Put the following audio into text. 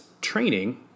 training